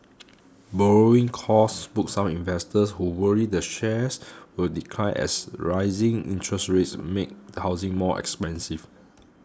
borrowing costs spooked some investors who worry the shares will decline as rising interest rates make housing more expensive